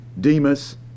Demas